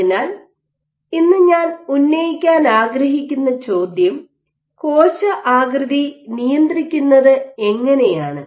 അതിനാൽ ഇന്ന് ഞാൻ ഉന്നയിക്കാൻ ആഗ്രഹിക്കുന്ന ചോദ്യം കോശആകൃതി നിയന്ത്രിക്കുന്നത് എങ്ങനെയാണ്